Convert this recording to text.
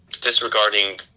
disregarding